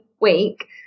week